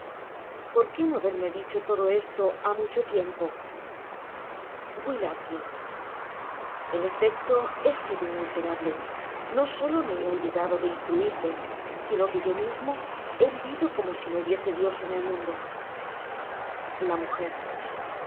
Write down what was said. por qué no haberme dicho todo esto ha mucho tiempo w a en efecto he sido un miserable no solo me he olvidado de instruirte sino que yo mismo he vivido como si no hubiese dios en l mundo